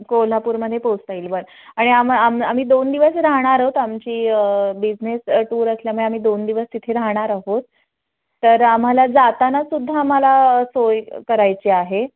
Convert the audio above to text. कोल्हापूरमध्ये पोहचता येईल बरं आणि आम आम आम्ही दोन दिवस राहणार आहोत आमची बिझनेस टूर असल्यामुळे आम्ही दोन दिवस तिथे राहणार आहोत तर आम्हाला जातानासुद्धा आम्हाला सोय करायची आहे